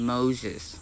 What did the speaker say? Moses